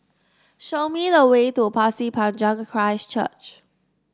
show me the way to Pasir Panjang Christ Church